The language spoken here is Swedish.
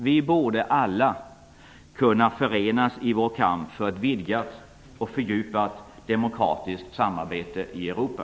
Vi borde alla kunna förenas i vår kamp för ett vidgat och fördjupat demokratiskt samarbete i Europa.